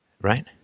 Right